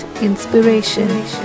inspiration